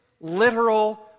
literal